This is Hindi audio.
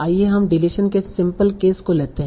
आइए हम डिलीशन के सिंपल केस को लेते हैं